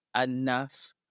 enough